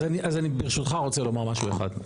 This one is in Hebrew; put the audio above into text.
אז אני ברשותך רוצה לומר משהו אחד.